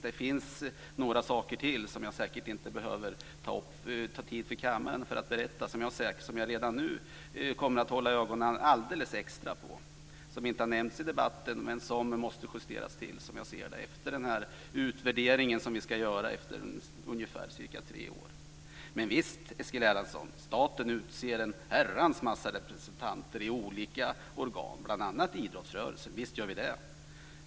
Det finns några saker till som jag inte behöver ta upp kammarens tid för att berätta om som jag redan nu kommer att hålla ögonen alldeles extra på. De har inte nämnts i debatten men måste justeras efter den utvärdering som ska göras om ungefär tre år. Visst Eskil Erlandsson, staten utser en herrans massa representanter i olika organ, bl.a. idrottsrörelsen.